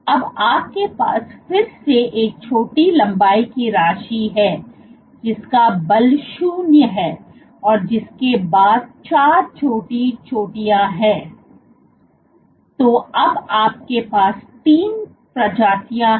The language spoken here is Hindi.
अब आपके पास फिर से एक छोटी लंबाई की राशि है जिसका बल शून्य है औरजिसके बाद चार छोटी चोटियाँ आती है तो अब आपके पास 3 प्रजातियां हैं